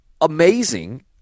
amazing